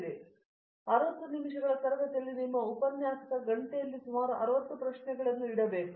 ಆದ್ದರಿಂದ 60 ನಿಮಿಷಗಳ ತರಗತಿಯಲ್ಲಿ ನಿಮ್ಮ ಉಪನ್ಯಾಸಕ ಗಂಟೆಯಲ್ಲಿ ಸುಮಾರು 60 ಪ್ರಶ್ನೆಗಳನ್ನು ಇರಬೇಕು